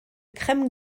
crème